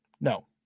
No